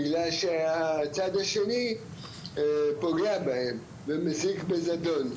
בגלל שהצד השני פוגע בהם ומסית בזדון,